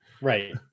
right